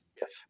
Yes